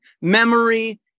memory